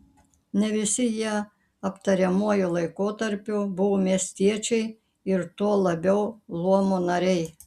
ne visi jie aptariamuoju laikotarpiu buvo miestiečiai ir tuo labiau luomo nariai